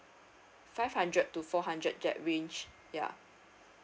five hundred to four hundred gap range ya